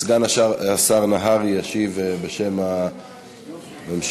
סגן השר נהרי ישיב בשם הממשלה.